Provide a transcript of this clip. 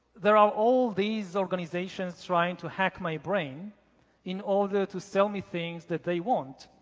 there are all these organizations trying to hack my brain in order to sell me things that they want.